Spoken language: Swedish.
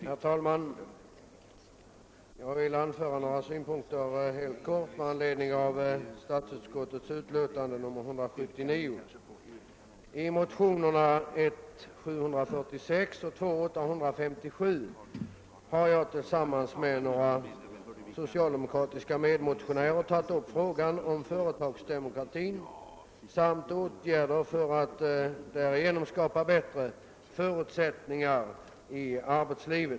Herr talman! Jag vill helt kortfattat anföra några synpunkter med anledning av statsutskottets utlåtande nr 179. I motionerna I:746 och II: 857 har jag tillsammans med några socialdemokratiska medmotionärer tagit upp frågan om företagsdemokrati och åtgärder för att därigenom skapa bättre förutsättningar i arbetslivet.